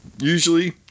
usually